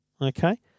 okay